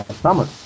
summer